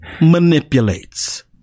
manipulates